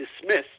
dismissed